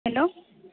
hello